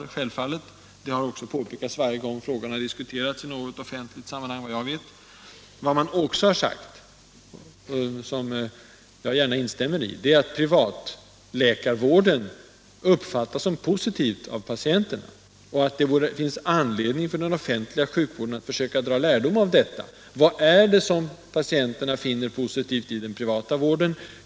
Det är självklart, och det har också påpekats varje gång som frågan har diskuterats i något offentligt sammanhang. Vad man också har sagt — och det vill jag gärna instämma i — är att privatläkarvården uppfattas som positiv av patienterna och att det finns anledning för den offentliga sjukvården att dra lärdom av detta. Vad är det som patienterna finner positivt i den privata vården?